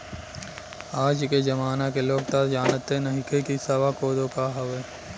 आज के जमाना के लोग तअ जानते नइखे की सावा कोदो का हवे